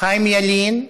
חיים ילין,